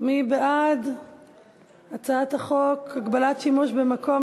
מי בעד הצעת החוק הגבלת שימוש במקום